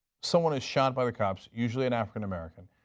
someone is shot by the cops, usually an african-american,